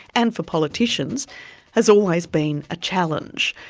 and for politicians has always been a challenge.